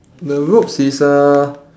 the ropes is uh